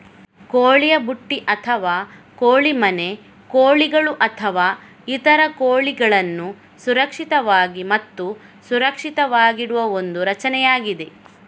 ಕೋಳಿಯ ಬುಟ್ಟಿ ಅಥವಾ ಕೋಳಿ ಮನೆ ಕೋಳಿಗಳು ಅಥವಾ ಇತರ ಕೋಳಿಗಳನ್ನು ಸುರಕ್ಷಿತವಾಗಿ ಮತ್ತು ಸುರಕ್ಷಿತವಾಗಿಡುವ ಒಂದು ರಚನೆಯಾಗಿದೆ